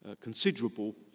considerable